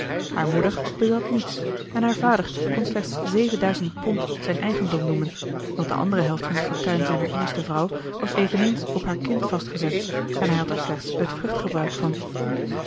haar moeder bezat niets en haar vader kon slechts zevenduizend pond zijn eigendom noemen want de andere helft van het fortuin zijner eerste vrouw was eveneens op haar kind vastgezet en hij had er slechts het vruchtgebruik van